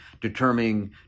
determining